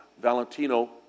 Valentino